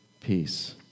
peace